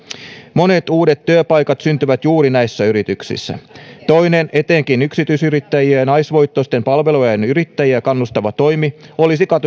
monet uudet työpaikat syntyvät juuri näissä yrityksissä toinen etenkin yksityisyrittäjiä ja naisvoittoisten palvelualojen yrittäjiä kannustava toimi olisi